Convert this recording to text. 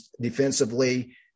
defensively